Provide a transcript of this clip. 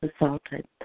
assaulted